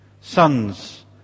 sons